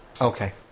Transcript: Okay